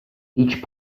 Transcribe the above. each